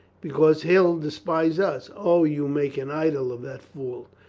because he'll despise us? o, you make an idol of that fool!